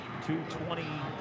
220